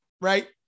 right